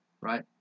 right